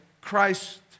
Christ